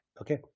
okay